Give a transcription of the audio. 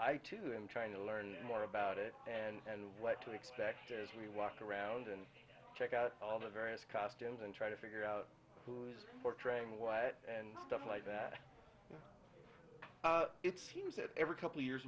i too am trying to learn more about it and what to expect as we walk around and check out all the various costumes and try to figure out who is portraying what and stuff like that it seems that every couple years